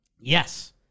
Yes